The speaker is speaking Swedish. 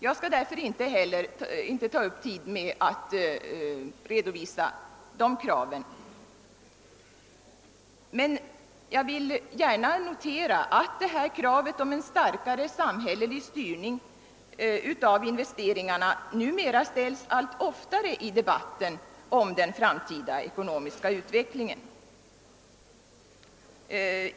Jag skall därför inte ta upp tiden med att redovisa de kraven. Jag vill emellertid gärna notera att detta krav på en starkare samhällelig styrning av investeringarna numera ställs allt oftare i debatten om den framtida ekonomiska utvecklingen.